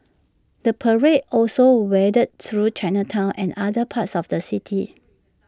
the parade also wended through Chinatown and other parts of the city